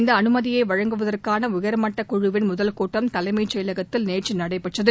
இந்த அனுமதியை வழங்குவதற்கான உயர்மட்டக்குழுவின் முதல் கூட்டம் தலைமைச் செயலகத்தில் நேற்று நடைபெற்றது